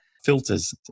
filters